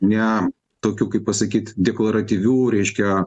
ne tokių kaip pasakyt deklaratyvių reiškia